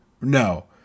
No